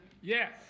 Yes